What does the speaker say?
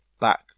back